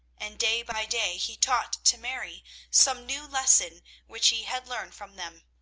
and day by day he taught to mary some new lesson which he had learned from them.